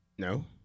No